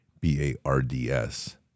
B-A-R-D-S